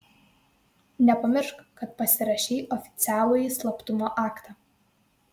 nepamiršk kad pasirašei oficialųjį slaptumo aktą